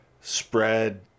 spread